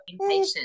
impatient